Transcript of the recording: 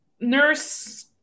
nurse